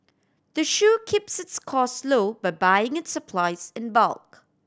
the shop keeps its cost low by buying its supplies in bulk